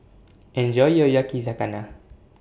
Enjoy your Yakizakana